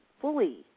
fully